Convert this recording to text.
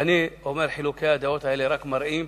ואני אומר שחילוקי הדעות האלה רק מראים